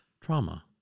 trauma